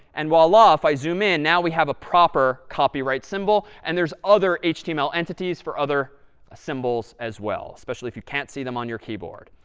and voila, if i zoom in, now we have a proper copyright symbol. and there's other html entities for other symbols as well, especially if you can't see them on your keyboard.